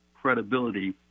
credibility